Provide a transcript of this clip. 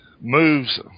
moves